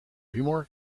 humor